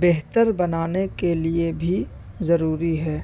بہتر بنانے کے لیے بھی ضروری ہے